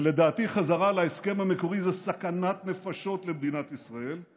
ולדעתי חזרה להסכם המקורי זו סכנת נפשות למדינת ישראל,